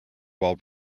while